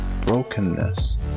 brokenness